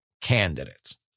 candidates